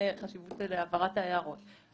אני מתקשה להעריך תקופת זמן מדויקת,